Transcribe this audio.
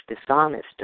dishonest